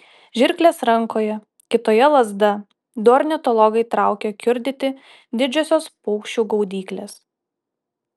žirklės rankoje kitoje lazda du ornitologai traukia kiurdyti didžiosios paukščių gaudyklės